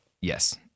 Yes